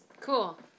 Cool